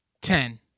ten